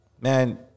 man